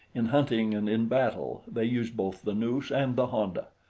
in hunting and in battle, they use both the noose and the honda.